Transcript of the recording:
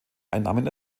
einnahmen